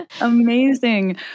Amazing